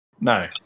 No